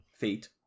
feet